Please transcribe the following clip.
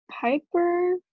Piper